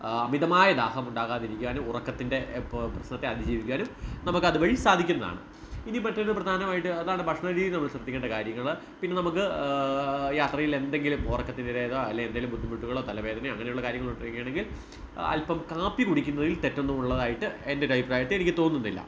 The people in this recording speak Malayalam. അമിതമായ ദാഹം ഉണ്ടാകാതിരിക്കാനും ഉറക്കത്തിൻ്റെ പ് പ്രശ്നത്തെ അതിജീവിക്കാനും നമുക്ക് അതുവഴി സാധിക്കുന്നതാണ് ഇനി മറ്റൊരു പ്രധാനമായിട്ട് അതാണ് ഭക്ഷണരീതി നമ്മൾ ശ്രദ്ധിക്കേണ്ട കാര്യങ്ങൾ പിന്നെ നമുക്ക് യാത്രയിൽ എന്തെങ്കിലും ഉറക്കത്തിൻ്റെ ഇടയിലോ അല്ലെങ്കിൽ എന്തെങ്കിലും ബുദ്ധിമുട്ടുകളോ തലവേദനയോ അങ്ങനെയുള്ള കാര്യങ്ങൾ ഉണ്ടാവുകയാണെങ്കിൽ അൽപ്പം കാപ്പി കുടിക്കുന്നതിൽ തെറ്റൊന്നും ഉള്ളതായിട്ട് എൻറെ ഒരു അഭിപ്രായത്തിൽ എനിക്ക് തോന്നുന്നില്ല